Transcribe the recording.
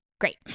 great